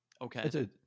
Okay